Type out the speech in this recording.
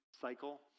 cycle